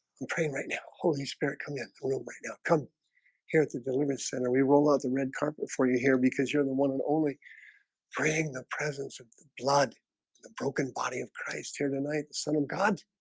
i'm praying right now. holy spirit come get through right now. come here at the deliverance center we roll out the red carpet for you here because you're the one only praying the presence of the blood the broken body of christ here tonight the son of god